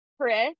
Chris